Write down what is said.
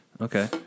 Okay